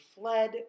fled